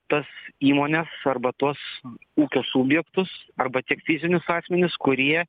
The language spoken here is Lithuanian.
tas įmones arba tuos ūkio subjektus arba tiek fizinius asmenis kurie